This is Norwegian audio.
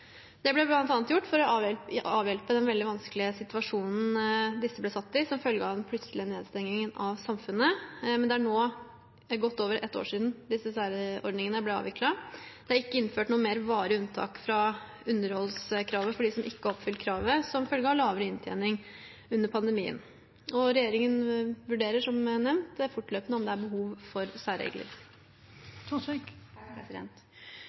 Det ble bl.a. gjort for å avhjelpe den veldig vanskelige situasjonen disse ble satt i som følge av den plutselig nedstengningen av samfunnet, men det er nå godt over et år siden disse særordningene ble avviklet. Det er ikke innført noe mer varig unntak fra underholdskravet for dem som ikke har oppfylt kravet som følge av lavere inntjening under pandemien. Regjeringen vurderer, som nevnt, fortløpende om det er behov for særregler. Gründere representerer en ressurs som behøves av et Norge som er